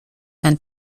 and